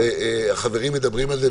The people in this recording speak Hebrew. החברים מדברים על זה,